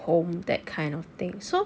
home that kind of thing so